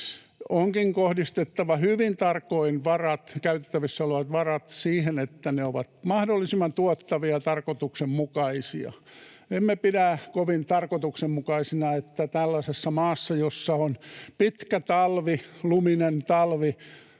Onkin kohdistettava hyvin tarkoin käytettävissä olevat varat siihen, että ne ovat mahdollisimman tuottavia ja tarkoituksenmukaisia. Emme pidä kovin tarkoituksenmukaisena, että tällaisessa maassa, jossa on pitkä talvi, luminen talvi